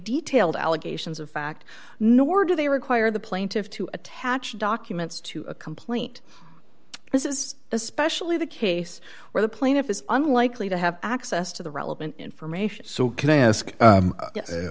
detailed allegations of fact nor do they require the plaintiffs to attach documents to a complaint this is especially the case where the plaintiff is unlikely to have access to the relevant information so can i ask